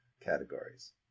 categories